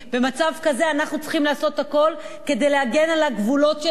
במצב כזה אנחנו צריכים לעשות הכול כדי להגן על הגבולות שלנו